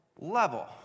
level